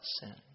sin